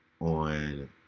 on